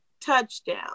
touchdown